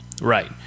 Right